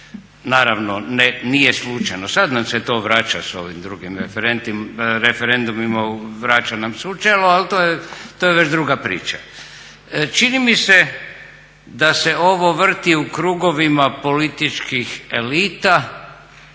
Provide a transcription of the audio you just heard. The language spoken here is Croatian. Naravno nije slučajno, sad nam se to vraća sa ovim drugim referendumima, vraća nam se u čelo ali to je već druga priča. Čini mi se da se ovo vrti u krugovima političkih elita